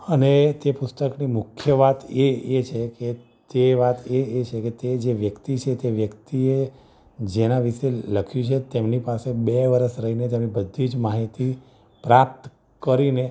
અને તે પુસ્તકની મુખ્ય વાત એ એ છે કે તે વાત એ એ છે કે તે જે વ્યક્તિ છે તે વ્યક્તિ એ જેના વિષે લખ્યું છે તેમની પાસે બે વર્ષ રહીને તેમની બધી જ માહિતી પ્રાપ્ત કરીને